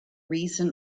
reason